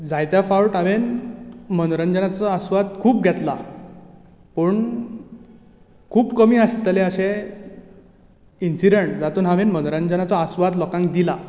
जायत्या फावट हांवें मनोरंजनाचो आस्वाद खूब घेतला पूण खूब कमी आसतले अशे इन्सिडेंट जातूंत लोकांक हांवें मनोरंजनाचो आस्वाद दिला